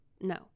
No